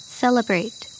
celebrate